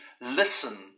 listen